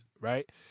Right